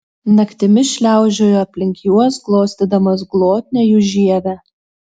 naktimis šliaužiojo aplink juos glostydamas glotnią jų žievę